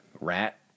rat